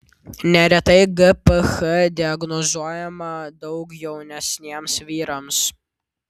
neretai gph diagnozuojama daug jaunesniems vyrams